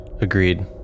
Agreed